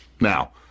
Now